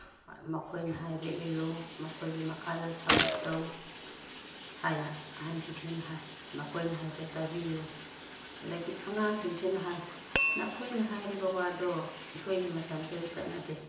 ꯃꯈꯣꯏꯅ ꯍꯥꯏꯕ ꯏꯜꯂꯨ ꯃꯈꯣꯏꯒꯤ ꯃꯈꯥꯗ ꯊꯕꯛ ꯇꯧ ꯍꯥꯏꯅ ꯑꯍꯜꯁꯤꯡꯁꯤꯅ ꯍꯥꯏ ꯃꯈꯣꯏꯅ ꯍꯥꯏꯕ ꯇꯥꯕꯤꯌꯨ ꯑꯗꯒꯤ ꯑꯉꯥꯡꯁꯤꯡꯁꯤꯅ ꯍꯥꯏ ꯅꯈꯣꯏꯅ ꯍꯥꯏꯔꯤꯕ ꯋꯥꯗꯣ ꯑꯩꯈꯣꯏꯒꯤ ꯃꯇꯝꯁꯤꯗ ꯆꯠꯅꯗꯦ